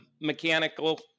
mechanical